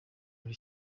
muri